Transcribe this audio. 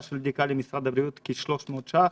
של בדיקה למשרד הבריאות היא כ-300 ש"ח.